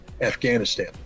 Afghanistan